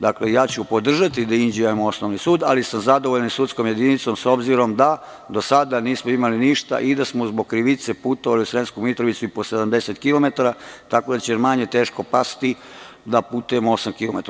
Dakle, ja ću podržati da Inđija ima osnovni sud, ali sam zadovoljnom sudskom jedinicom, obzirom da do sada nismo imali ništa i da smo zbog krivice putovali u Sremsku Mitrovicu i po 70 kilometara, tako da će nam manje teško pasti da putujemo osam kilometara.